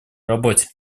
работе